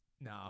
No